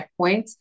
checkpoints